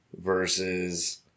versus